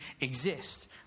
exist